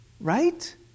right